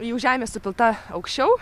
jų žemė supilta aukščiau